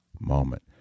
moment